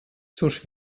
cóż